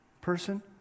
person